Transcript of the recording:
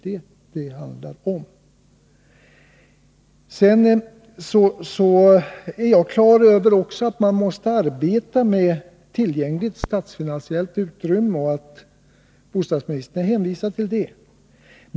Jag är naturligtvis på det klara med att man måste arbeta inom tillgängligt statsfinansiellt utrymme och har förståelse för att bostadsministern hänvisar till det.